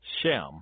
Shem